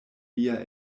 lia